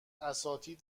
اساتید